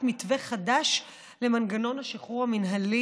מתווה חדש למנגנון השחרור המינהלי,